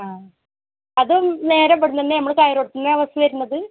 ആ അതും നേരെപ്പോലെ തന്നെ നമ്മൾ സൈറോട്ടിലന്നെയാ ബസ്സ് വരുന്നത്